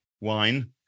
wine